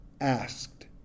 asked